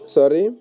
Sorry